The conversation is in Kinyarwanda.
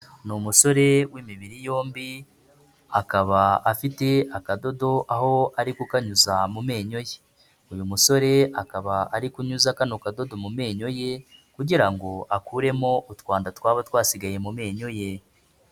Ni umusore w'imibiri yombi, akaba afite akadodo aho ari kukanyuza mu menyo ye. Uyu musore akaba ari kunyuza kano kadodo mu menyo ye kugira ngo akuremo utwanda twaba twasigaye mu menyo ye.